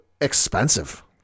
expensive